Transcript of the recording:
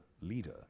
leader